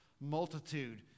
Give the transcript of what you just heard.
multitude